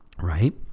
right